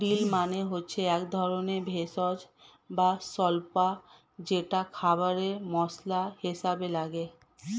deal মানে হচ্ছে একধরনের ভেষজ বা স্বল্পা যেটা খাবারে মসলা হিসেবে লাগে